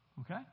Okay